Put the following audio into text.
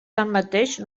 tanmateix